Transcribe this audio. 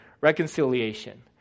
reconciliation